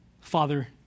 Father